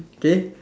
K